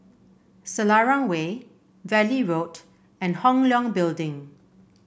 Selarang Way Valley Road and Hong Leong Building